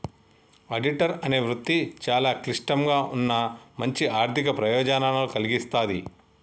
auditor అనే వృత్తి చాలా క్లిష్టంగా ఉన్నా మంచి ఆర్ధిక ప్రయోజనాలను కల్గిస్తాది